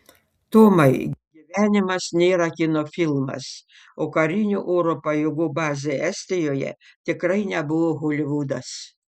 tomai gyvenimas nėra kino filmas o karinių oro pajėgų bazė estijoje tikrai nebuvo holivudas